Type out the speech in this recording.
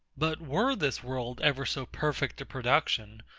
but were this world ever so perfect a production,